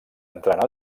entrant